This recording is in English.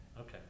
Okay